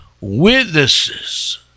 witnesses